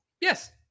Yes